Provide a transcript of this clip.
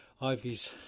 Ivy's